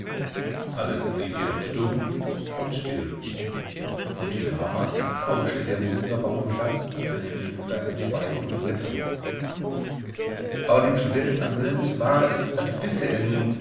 alles blieb jedoch stumm und still und wie damals rauschte der holunderbaum nur ganz unvernehmlich mit seinen zweigen und blättern aber dem studenten anselmus war es als wisse er nun